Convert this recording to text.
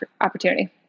opportunity